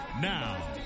Now